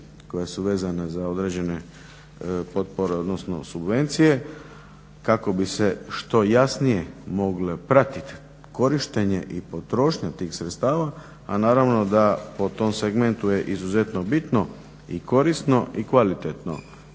koja su vezana za određene potpore, odnosno subvencije, kako bi se što jasnije moglo pratit korištenje i potrošnja tih sredstava. A naravno da po tom segmentu je izuzetno bitno i korisno i kvalitetno